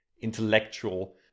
intellectual